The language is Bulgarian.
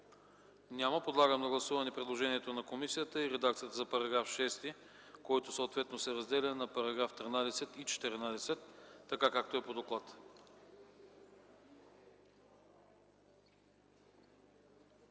Няма. Подлагам на гласуване предложението на комисията и редакцията за § 6, който съответно се разделя на § 13 и § 14, така както е по доклада.